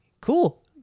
cool